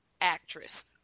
actress